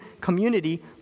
community